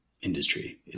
industry